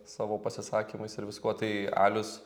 savo pasisakymais ir viskuo tai alius